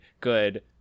good